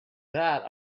that